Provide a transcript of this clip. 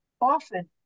often